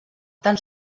tan